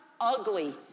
ugly